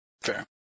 Fair